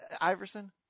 Iverson